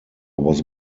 was